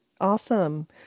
Awesome